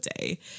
day